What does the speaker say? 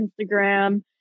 Instagram